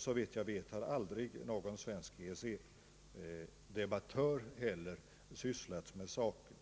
Såvitt jag vet, har aldrig någon svensk EEC-debattör heller sysslat med saken.